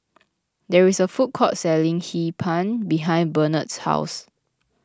there is a food court selling Hee Pan behind Barnett's house